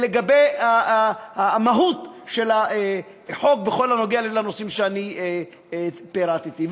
לגבי המהות של החוק בכל הקשור לנושאים שאני פירטתי,